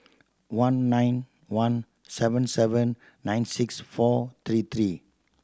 one nine one seven seven nine six four three three